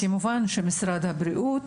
וכמובן שגם משרד הבריאות.